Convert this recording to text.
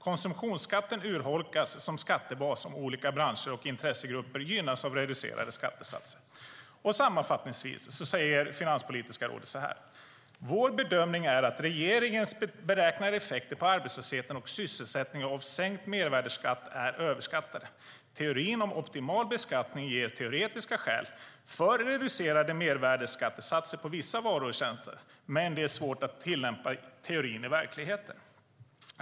Konsumtionsskatten urholkas som skattebas om olika branscher och intressegrupper gynnas av reducerade skattesatser. Sammanfattningsvis säger Finanspolitiska rådet så här: Vår bedömning är att regeringens beräknade effekter på arbetslösheten och sysselsättningen av sänkt mervärdesskatt är överskattade. Teorin om optimal beskattning ger teoretiska skäl för reducerade mervärdesskattesatser på vissa varor och tjänster, men det är svårt att tillämpa teorin i verkligheten.